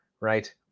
right